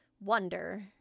wonder